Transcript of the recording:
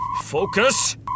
Focus